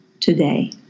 today